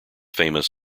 famous